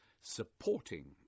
supporting